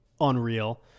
unreal